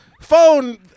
phone